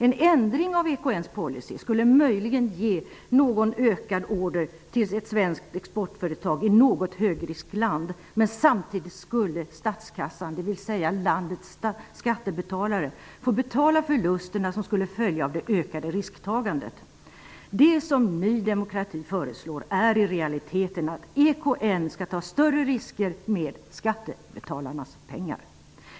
En ändring av EKN:s policy skulle möjligen ge en del ökade order till svenska exportföretag i något högriskland, men samtidigt skulle statskassan -- dvs. landets skattebetalare -- få betala de förluster som skulle följa av det ökade risktagandet. Det som Ny demokrati föreslår är i realiteten att EKN skall ta större risker med skattebetalarnas pengar.